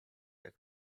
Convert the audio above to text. jak